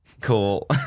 Cool